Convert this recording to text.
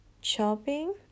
shopping